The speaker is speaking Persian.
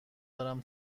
دارم